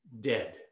dead